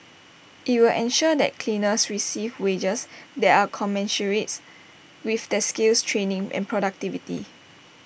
IT will ensure that cleaners receive wages that are commensurate with their skills training and productivity